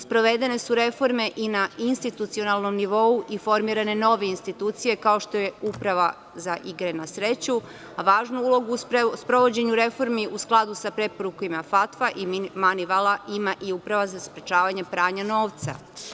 Sprovedene su reforme i na institucionalnom nivou i formirane nove institucije, kao što je Uprava za igre na sreću, a važnu ulogu u sprovođenju refomri u skladu sa preporukama FATFA i Manivala, ima i Uprava za sprečavanje pranja novca.